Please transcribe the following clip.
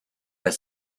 his